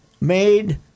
made